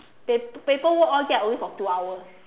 pa~ paper work all that only for two hours